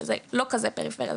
שזה אמנם לא כזה פריפריה,